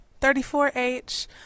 34H